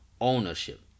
ownership